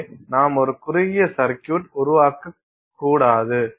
எனவே நாம் ஒரு குறுகிய சர்க்யூட் உருவாக்கக்கூடாது